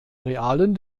realen